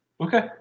Okay